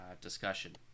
discussion